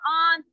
on